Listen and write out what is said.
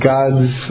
God's